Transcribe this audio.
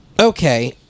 Okay